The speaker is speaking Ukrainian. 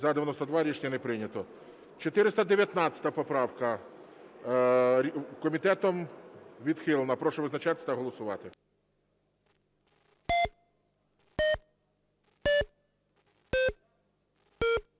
За-92 Рішення не прийнято. 419 поправка. Комітетом відхилена. Прошу визначатись та голосувати.